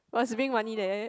must bring money there